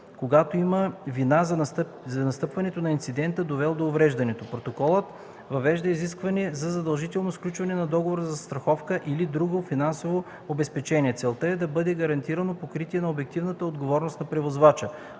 когато има вина за настъпването на инцидента, довел до увреждането. Протоколът въвежда изискване за задължително сключване на договор за застраховка или друго финансово обезпечение. Целта е да бъде гарантирано покритие на обективната отговорност на превозвача.